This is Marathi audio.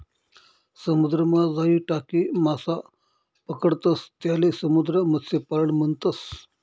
समुद्रमा जाई टाकी मासा पकडतंस त्याले समुद्र मत्स्यपालन म्हणतस